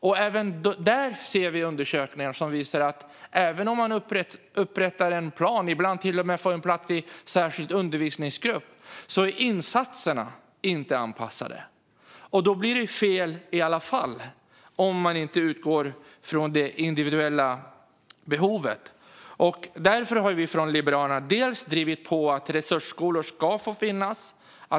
Också där ser vi undersökningar som visar att även om man upprättar en plan och eleven ibland kanske till och med får en plats i en särskild undervisningsgrupp är insatserna inte anpassade, och då blir det fel i alla fall. Det blir fel om man inte utgår från det individuella behovet. Därför har vi från Liberalerna drivit på för att resursskolor ska få finnas.